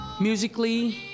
Musically